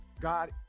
God